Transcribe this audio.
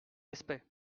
respect